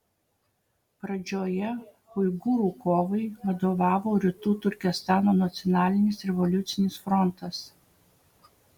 pradžioje uigūrų kovai vadovavo rytų turkestano nacionalinis revoliucinis frontas